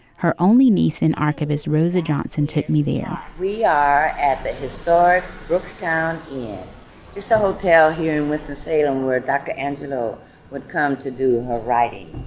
her only niece and archivist, rosa johnson, took me there yeah we are at the historic brooks down so hotel here with the salem, where dr. angelo would come to do her writings.